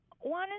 one